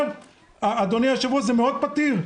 אדוני היושב-ראש, זה מאוד פתיר.